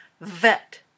Vet